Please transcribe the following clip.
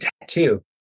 tattoo